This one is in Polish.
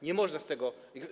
Nie można z tego.